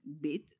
bit